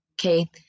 Okay